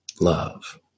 love